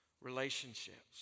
Relationships